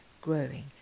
growing